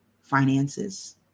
finances